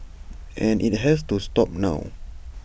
and IT has to stop now